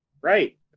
right